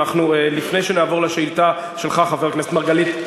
לפני שנעבור לשאילתה של חבר הכנסת מרגלית,